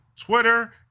twitter